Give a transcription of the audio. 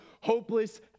hopeless